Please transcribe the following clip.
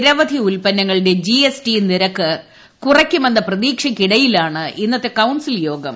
നിരവധി ഉൽപ്പന്നങ്ങളുടെ G S T നിരക്ക് കുറയ്ക്കുമെന്ന പ്രതീക്ഷയ്ക്കിടയിലാണ് ഇന്നത്തെ കൌൺസിൽ യോഗം